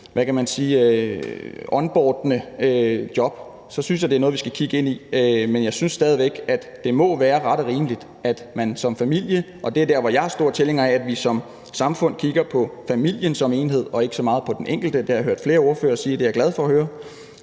og andre onboardende job, synes jeg, det er noget, vi skal kigge ind i. Men jeg synes stadig væk, at det må være ret og rimeligt, at kigger man på en familie, og det er der, hvor jeg er stor tilhænger af, at vi som samfund kigger på familien som en enhed og ikke så meget på den enkelte – det har jeg hørt flere ordførere sige, og det er jeg glad for at høre